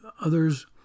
others